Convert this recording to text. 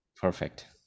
Perfect